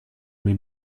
mais